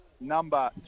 number